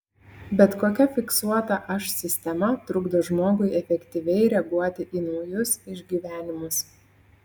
bet kokia fiksuota aš sistema trukdo žmogui efektyviai reaguoti į naujus išgyvenimus